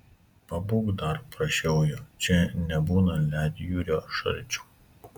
pabūk dar prašiau jo čia nebūna ledjūrio šalčių